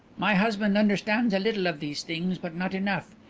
my husband understands a little of these things but not enough.